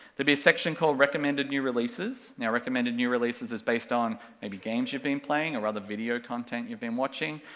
be a section called recommended new releases, now recommended new releases is based on, maybe games you've been playing, or other video content you've been watching,